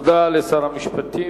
תודה לשר המשפטים.